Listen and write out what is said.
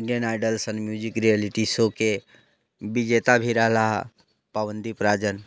Indian Idol सन music reality शोके विजेता भी रहला आओर पवनदीप राजन